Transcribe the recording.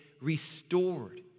restored